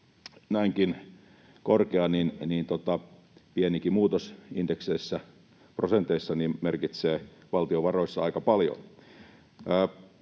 näinkin korkea pienikin muutos indeksien prosenteissa merkitsee valtionvaroissa aika paljon.